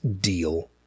deal